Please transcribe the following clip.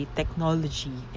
technology